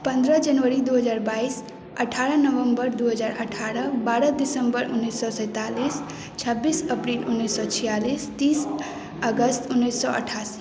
पंद्रह जनवरी दू हजार बाइस अठारह नवम्बर दू हजार अठारह बारह दिसम्बर उन्नीस सए सैंतालिस छब्बीस अप्रील उन्नीस सए छियालिस तीस अगस्त उन्नीस सए अठासी